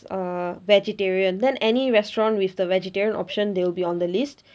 uh vegetarian then any restaurant with the vegetarian option they'll be on the list